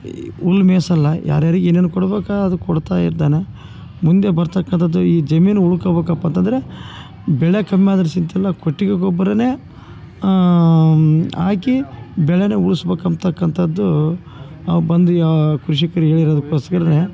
ಹುಲ್ ಮೇಯಿಸಲ್ಲ ಯಾರು ಯಾರಿಗೆ ಏನು ಏನು ಕೊಡ್ಬೇಕ ಅದು ಕೊಡ್ತಾ ಇದ್ದಾನೆ ಮುಂದೆ ಬರ್ತಕ್ಕಂಥದ್ದು ಈ ಜಮೀನು ಉಳ್ಕೊಬೇಕಪ್ಪಾ ಅಂತಂದರೆ ಬೆಳೆ ಕಮ್ಮಿಯಾದ್ರೆ ಚಿಂತಿಲ್ಲ ಕೊಟ್ಟಿಗೆ ಗೊಬ್ರ ಹಾಕಿ ಬೆಳೆನಾ ಉಳಿಸ್ಬೇಕ್ ಅಂಬ್ತಕ್ಕಂಥದ್ದು ಬಂದ್ವಿ ಕೃಷಿಕರಿಗ್ ಹೇಳಿದ್ಕೋಸ್ಕರನೇ